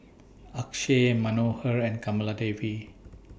Akshay Manohar and Kamaladevi